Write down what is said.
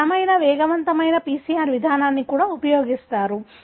ప్రజలు బలమైన వేగవంతమైన PCR విధానాన్ని కూడా ఉపయోగిస్తారు